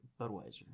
Budweiser